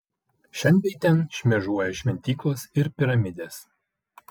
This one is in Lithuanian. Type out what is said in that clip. šen bei ten šmėžuoja šventyklos ir piramidės